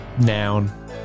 noun